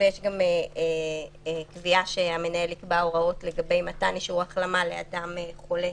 יש גם קביעה שהמנהל יקבע הוראות לגבי מתן אישור החלמה לאדם חולה